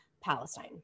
Palestine